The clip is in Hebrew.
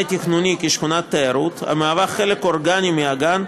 תכנוני כשכונת תיירות שהיא חלק אורגני מהגן,